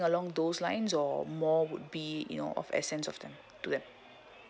along those lines or more would be you know of essence of them to them